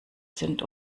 sind